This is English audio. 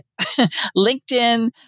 LinkedIn